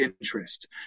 interest